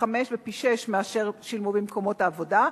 פי-חמישה ופי-שישה ממה ששילמו במקומות העבודה.